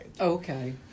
Okay